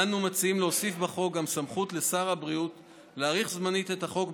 אנו מציעים להוסיף בחוק גם סמכות לשר הבריאות להאריך זמנית את החוק,